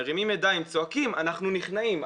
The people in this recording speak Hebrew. מרימים ידיים צועקים 'אנחנו נכנעים.